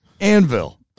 Anvil